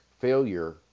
failure